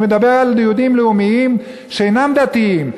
אני מדבר על יהודים לאומיים שאינם דתיים.